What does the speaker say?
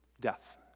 Death